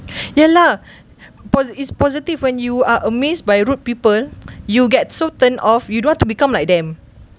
ya lah posi~ it's positive when you are amazed by rude people you get so turned off you don't want to become like them